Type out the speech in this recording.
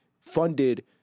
funded